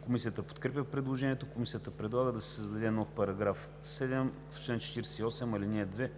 Комисията подкрепя предложението. Комисията предлага да се създаде нов § 7: „§ 7. В чл. 48, ал. 2